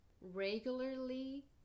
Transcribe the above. Regularly